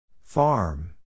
Farm